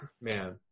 man